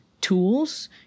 tools